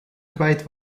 kwijt